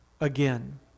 again